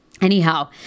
Anyhow